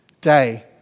day